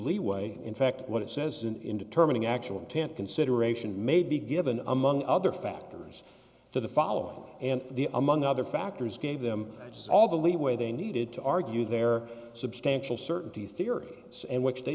leeway in fact what it says an indeterminant actual intent consideration may be given among other factors for the following and the among other factors gave them all the leeway they needed to argue their substantial certainty theory and which they